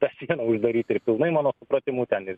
tą sieną uždaryt ir pilnai mano supratimu ten ir